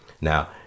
Now